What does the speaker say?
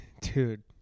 dude